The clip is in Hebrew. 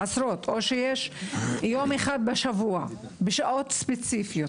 או שיש יום אחד בשבוע בשעות ספציפיות.